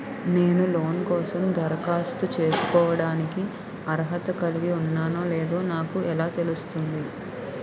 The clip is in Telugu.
నేను లోన్ కోసం దరఖాస్తు చేసుకోవడానికి అర్హత కలిగి ఉన్నానో లేదో నాకు ఎలా తెలుస్తుంది?